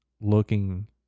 looking